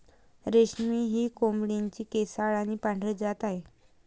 रेशमी ही कोंबडीची केसाळ आणि पांढरी जात आहे